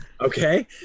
okay